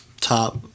top